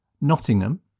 Nottingham